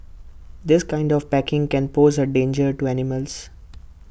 this kind of packaging can pose A danger to animals